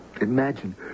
Imagine